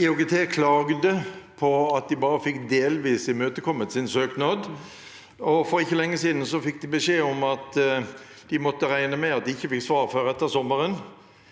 IOGT klagde på at de bare fikk delvis imøtekommet sin søknad. For ikke lenge siden fikk de beskjed om at de måtte regne med at de ikke fikk svar før etter sommeren.